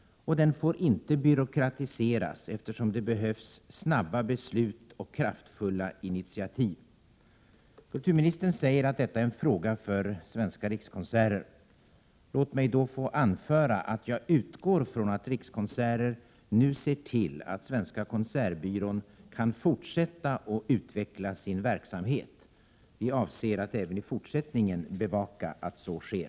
Vidare får den inte byråkratiseras, eftersom det behövs snabba beslut och kraftfulla initiativ. Kulturministern säger att detta är en fråga för Svenska rikskonserter. Låt mig då anföra att jag utgår från att Rikskonserter nu ser till att Svenska Konsertbyrån kan fortsätta att utveckla sin verksamhet. Vi avser att även i fortsättningen bevaka att så sker.